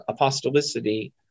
apostolicity